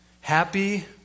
Happy